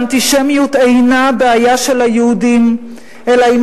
שאנטישמיות אינה בעיה של היהודים אלא היא